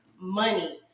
money